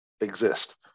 exist